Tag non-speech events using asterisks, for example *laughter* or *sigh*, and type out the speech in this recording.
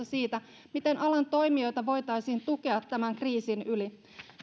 *unintelligible* siitä miten alan toimijoita voitaisiin tukea tämän kriisin yli